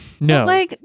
No